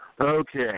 Okay